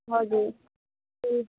हजुर ए